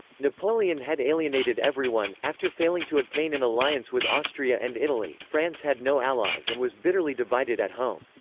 napoleon had alienated everyone after failing to obtain an alliance with austria and italy, france had no allies and was bitterly divided at home.